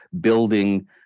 building